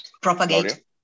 propagate